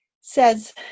says